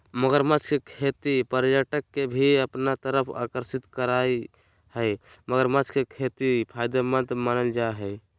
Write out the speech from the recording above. मगरमच्छ के खेती पर्यटक के भी अपना तरफ आकर्षित करअ हई मगरमच्छ के खेती फायदेमंद मानल जा हय